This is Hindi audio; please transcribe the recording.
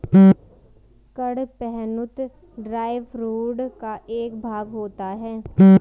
कड़पहनुत ड्राई फूड का एक भाग होता है